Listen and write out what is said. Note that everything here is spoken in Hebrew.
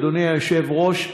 אדוני היושב-ראש,